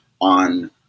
on